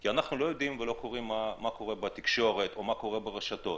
כי אנחנו לא יודעים מה קורה בתקשורת או מה קורה ברשתות,